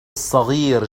الصغير